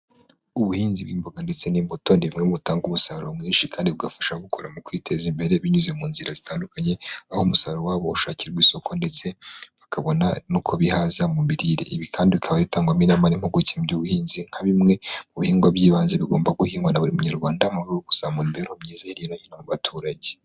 Ubuhinzi bw'imboga ndetse n'imbuto ni bimwe mu butanga umusaruro mwinshi kandi bugafasha ababukora mu kwiteza imbere binyuze mu nzira zitandukanye, aho umusaruro wabo washakirwa isoko ndetse, bakabona nuko kubi bihaza mu mirire. Ibi kandi bikaba ritangwamo inama n'impuguke mu by'ubuhinzi nka bimwe, mu bihingwa by'ibanze bigomba guhingwa na buri Munyarwanda mu rwego rwo kuzamura imibereho myiza hirya no hino mu baturage.